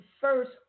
first